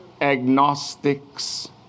agnostics